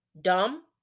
dumb